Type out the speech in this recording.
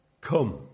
Come